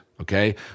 okay